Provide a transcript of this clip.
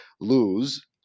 lose